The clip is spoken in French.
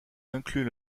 inclut